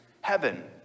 heaven